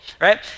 right